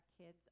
kids